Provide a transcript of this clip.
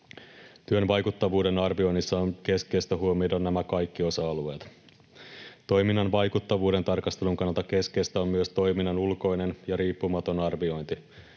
Työn vaikuttavuuden arvioinnissa on keskeistä huomioida nämä kaikki osa-alueet. Toiminnan vaikuttavuuden tarkastelun kannalta keskeistä on myös toiminnan ulkoinen ja riippumaton arviointi.